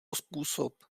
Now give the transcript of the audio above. způsob